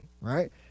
right